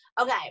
Okay